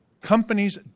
Companies